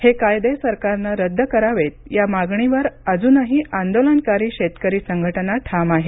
हे कायदे सरकारने रद्द करावेत या मागणीवर अजूनही आंदोलनकारी शेतकरी संघटना ठाम आहेत